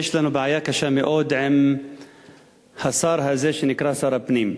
שיש לנו בעיה קשה מאוד עם השר הזה שנקרא שר הפנים.